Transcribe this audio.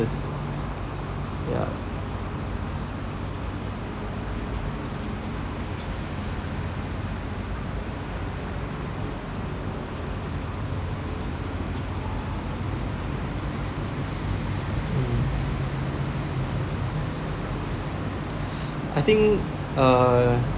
ya mm I think uh